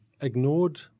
ignored